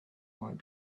might